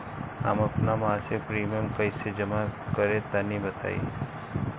हम आपन मसिक प्रिमियम कइसे जमा करि तनि बताईं?